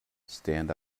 stand